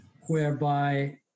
whereby